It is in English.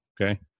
Okay